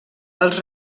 els